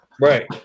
Right